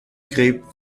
gräbt